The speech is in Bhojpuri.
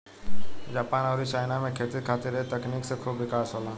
जपान अउरी चाइना में खेती खातिर ए तकनीक से खूब विकास होला